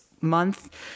month